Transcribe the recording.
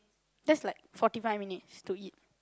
that's like forty five minutes to eat